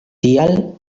tial